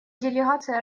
делегация